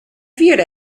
vierde